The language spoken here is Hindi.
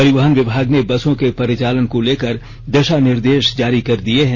परिवहन विभाग ने बसों के परिचालन को लेकर दिशा निर्देश जारी कर दिए हैं